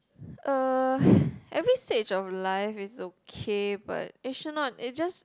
uh every stage of life is okay but it should not it's just